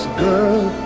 girl